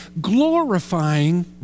glorifying